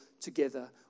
together